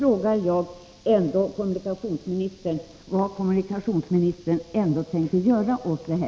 Vad tänker kommunikationsministern göra åt detta?